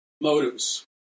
motives